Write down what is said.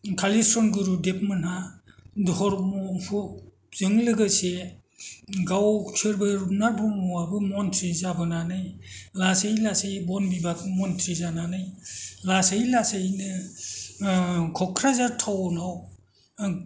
कालिचरण गुरुदेबमोनहा धर्मखौजों लोगोसे गावसोरबो रुपनाथ ब्रह्मआबो मन्थ्रि जाबोनानै लासै लासै बन बिभाग मन्थ्रि जानानै लासै लासैनो क'क्राझार टाउन आव